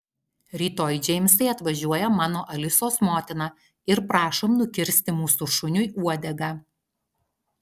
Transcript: rytoj džeimsai atvažiuoja mano alisos motina ir prašom nukirsti mūsų šuniui uodegą